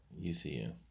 UCU